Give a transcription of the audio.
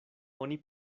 oni